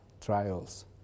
trials